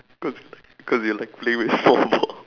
cause cause you're like playing with small balls